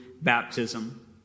baptism